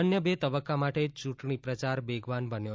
અન્ય બે તબક્કા માટે ચૂંટણી પ્રચાર વેગવાન બન્યો